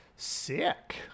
sick